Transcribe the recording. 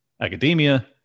academia